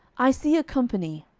i see a company.